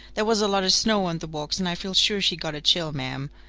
there was a lot of snow on the walks and i feel sure she got a chill, ma'am.